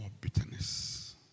bitterness